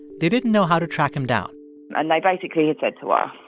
they didn't know how to track him down and basically had said to ah